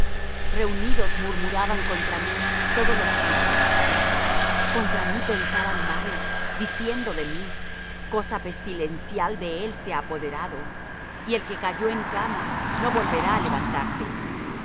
reunidos murmuraban contra mí todos los que me aborrecían contra mí pensaban mal diciendo de mí cosa pestilencial de él se ha apoderado y el que cayó en cama no volverá á levantarse